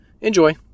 enjoy